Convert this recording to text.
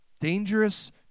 Dangerous